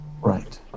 Right